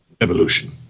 evolution